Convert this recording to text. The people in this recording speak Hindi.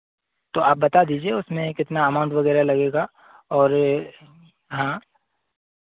तो आप बता दीजिए उसमें कितना एमाउन्ट वग़ैरह लगेगा और हाँ